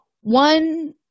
One